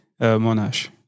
Monash